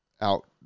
out